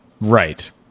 Right